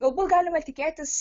galbūt galima tikėtis